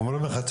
אומרים לך,